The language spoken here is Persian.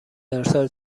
ارسال